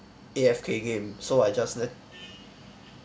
A_F_K game so I just let